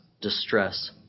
distress